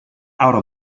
outta